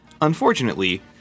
Unfortunately